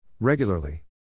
Regularly